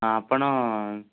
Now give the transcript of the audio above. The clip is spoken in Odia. ହଁ ଆପଣ